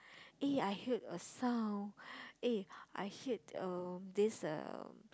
eh I heard a sound eh I heard uh this uh